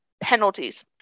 penalties